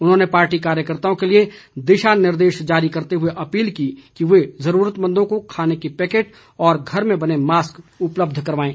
उन्होंने पार्टी कार्यकर्ताओं के लिए दिशा निर्देश जारी करते हुए अपील की है कि वे जरूरतमंदों को खाने के पैकेट और घर में बने मास्क उपलब्ध कराएं